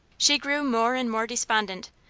she grew more and more despondent,